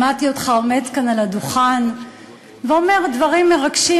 שמעתי אותך עומד כאן על הדוכן ואומר דברים מרגשים,